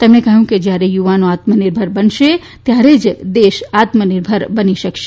તેમણે કહ્યું કે જ્યારે યુવાનો આત્મનિર્ભર બનશે ત્યારે જ દેશ આત્મનિર્ભર બની શકશે